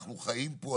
אנחנו חיים פה,